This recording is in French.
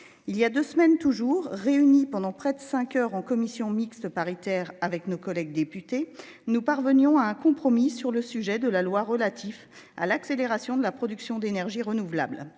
Il y a deux semaines toujours réunis pendant près de 5h en commission mixte paritaire avec nos collègues députés nous parvenions à un compromis sur le sujet de la loi, relatif à l'accélération de la production d'énergies renouvelables.